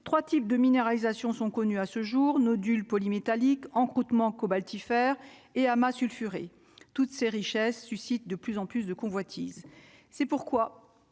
3 types de minéralisation sont connues à ce jour nodules polymétalliques en hautement cobaltifères et Hama sulfuré toutes ces richesses suscite de plus en plus de convoitise, c'est pourquoi